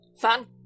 Fun